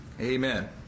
Amen